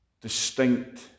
distinct